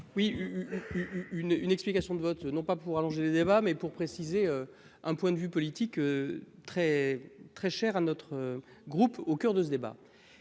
Une une explication de vote non pas pour allonger les débats mais pour préciser un point de vue politique. Très très cher à notre groupe au coeur de ce débat.